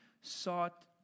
sought